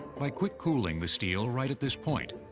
by quick-cooling the steel right at this point,